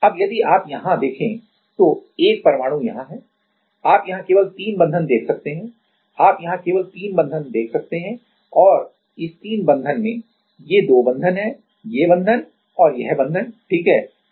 अब यदि आप यहां देखें तो 1 परमाणु यहां है आप यहां केवल तीन बंधन देख सकते हैं आप यहां केवल तीन बंधन देख सकते हैं और इस तीन बंधन में ये दो बंधन यह बंधन और यह बंधन ठीक है